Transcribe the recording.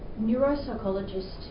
neuropsychologist